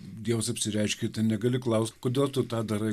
dievas apsireiškė tu negali klaust kodėl tu tą darai